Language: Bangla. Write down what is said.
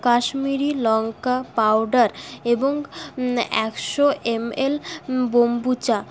কাশ্মীরি লঙ্কা পাউডার এবং একশো এমএল বম্বুচা